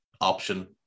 option